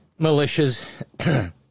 militias